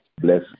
Bless